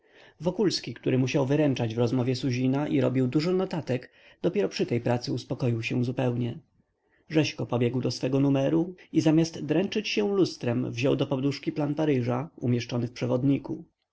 wokulski który musiał wyręczać w rozmowie suzina i robił dużo notatek dopiero przy tej pracy uspokoił się zupełnie rzeźko pobiegł do swojego numeru i zamiast dręczyć się lustrem wziął do poduszki plan paryża umieszczony